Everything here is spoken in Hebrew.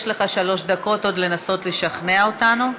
יש לך עוד שלוש דקות לנסות לשכנע אותנו.